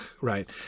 right